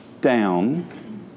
down